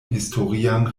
historian